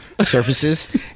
surfaces